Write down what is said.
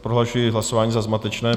Prohlašuji hlasování za zmatečné.